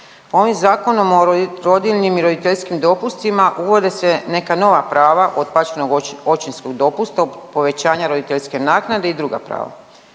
Ovim Zakonom o rodiljnim i roditeljskim dopustima uvode se neka nova prava od plaćenog očinskog dopusta, povećanja roditeljske naknade i druga prava,